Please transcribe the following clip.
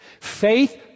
Faith